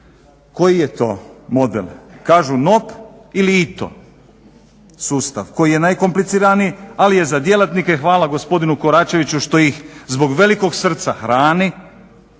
Koji je to model? Kažu NOP ili ITO sustav koji je najkompliciraniji ali je za djelatnike hvala gospodinu Koračeviću što ih zbog velikog srca hrani,